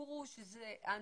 שזה אנוסים,